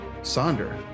Sonder